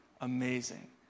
amazing